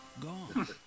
Gone